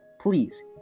Please